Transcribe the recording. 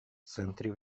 центре